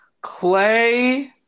Clay